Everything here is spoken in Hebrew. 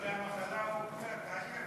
אחרי המחלה הוא קצת עייף.